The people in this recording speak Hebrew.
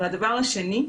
הדבר השני,